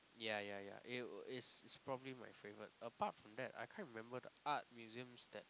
ya yeah yeah it'll it's it's probably my favorite apart from that I can't remember the art museums that